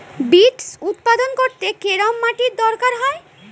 Beets উৎপাদন করতে কেরম মাটির দরকার হয়?